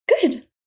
Good